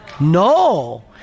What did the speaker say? No